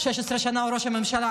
16 שנה הוא ראש הממשלה.